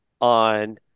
on